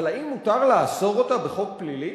אבל האם מותר לאסור אותה בחוק פלילי?